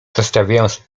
zostawiając